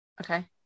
okay